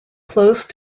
close